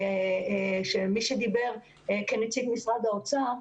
למי שדיבר כנציג משרד האוצר,